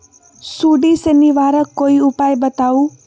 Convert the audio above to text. सुडी से निवारक कोई उपाय बताऊँ?